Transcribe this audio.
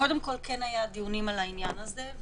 קודם כול, כן היו דיונים על העניין הזה.